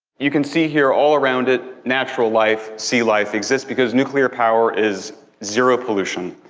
you can see here all around it, natural life, sea life exists, because nuclear power is zero-pollution.